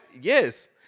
Yes